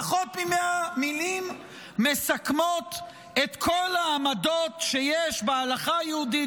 פחות מ-100 מילים מסכמות את כל העמדות שיש בהלכה היהודית